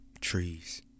trees